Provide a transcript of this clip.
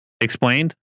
explained